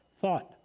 thought